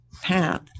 path